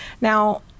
Now